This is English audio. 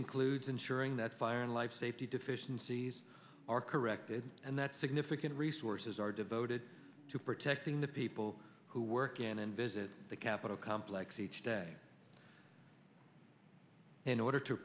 includes ensuring that fire and life safety deficiencies are corrected and that significant resources are devoted to protecting the people who work in and visit the capitol complex each day in order to